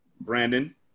Brandon